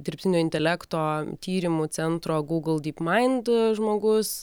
dirbtinio intelekto tyrimų centro google dyp maind žmogus